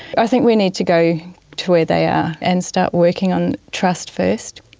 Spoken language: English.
i think we need to go to where they are and start working on trust first,